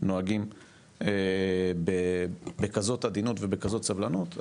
נוהגים בכזאת עדינות ובכזאת סבלנות.